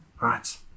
right